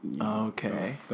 Okay